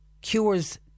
cures